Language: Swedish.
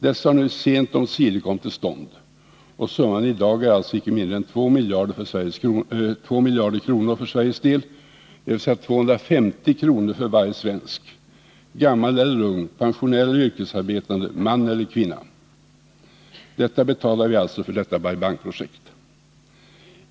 Dessa har nu sent omsider kommit till stånd, och summan i dag är icke mindre än 2 miljarder kronor för Sveriges del, dvs. 250 kr. för varje svensk, gammal eller ung, pensionär eller yrkesarbetande, man eller kvinna. Detta betalar vi alltså för Bai Bang-projektet.